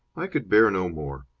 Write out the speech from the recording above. i could bear no more.